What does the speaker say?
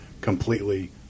completely